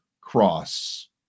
cross